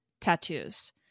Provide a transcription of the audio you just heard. tattoos